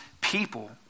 people